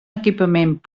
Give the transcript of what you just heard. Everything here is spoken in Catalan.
equipament